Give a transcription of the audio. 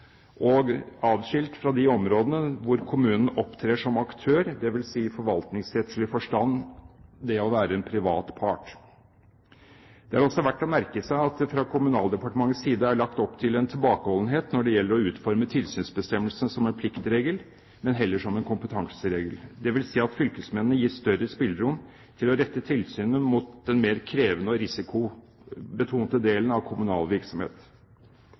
og adskilt fra de områdene hvor kommunen opptrer som aktør, dvs. i forvaltningsrettslig forstand det å være en privat part. Det er også verdt å merke seg at det fra Kommunaldepartementets side er lagt opp til en tilbakeholdenhet når det gjelder å utforme tilsynsbestemmelsene som en pliktregel, men heller som en kompetanseregel. Det vil si at fylkesmennene gis større spillerom til å rette tilsynet mot den mer krevende og risikobetonte delen av kommunal virksomhet.